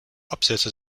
absätze